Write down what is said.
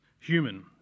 human